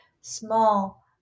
small